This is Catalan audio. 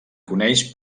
coneix